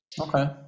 Okay